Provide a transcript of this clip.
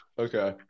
Okay